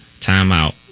Timeout